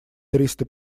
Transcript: триста